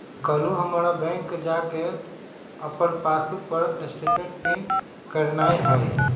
काल्हू हमरा बैंक जा कऽ अप्पन पासबुक पर स्टेटमेंट प्रिंट करेनाइ हइ